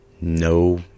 no